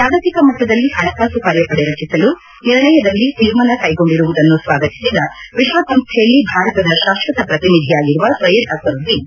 ಜಾಗತಿಕ ಮಟ್ಟದಲ್ಲಿ ಹಣಕಾಸು ಕಾರ್ಯಪಡೆ ರಚಿಸಲು ನಿರ್ಣಯದಲ್ಲಿ ತೀರ್ಮಾನ ಕೈಗೊಂಡಿರುವುದನ್ನು ಸ್ವಾಗತಿಸಿದ ವಿಶ್ವಸಂಸ್ವೆಯಲ್ಲಿ ಭಾರತದ ಶಾಶ್ವತ ಪ್ರತಿನಿಧಿಯಾಗಿರುವ ಸಯ್ಯದ್ ಅಕ್ಷರುದ್ದೀನ್